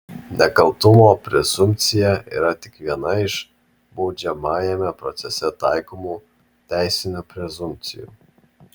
nekaltumo prezumpcija yra tik viena iš baudžiamajame procese taikomų teisinių prezumpcijų